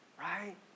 right